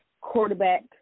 Quarterback